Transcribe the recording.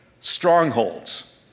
strongholds